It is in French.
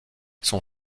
son